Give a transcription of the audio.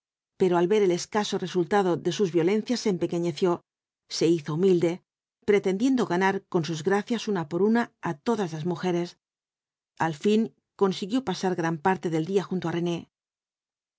pero al ver el escaso resultado de sus violencias se empequeñeció se hizo humilde pretendiendo ganar con sus gracias una por una á todas las mujeres al fin consiguió pasar gran parte del día junto á rene